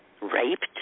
raped